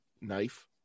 knife